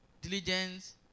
Diligence